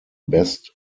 best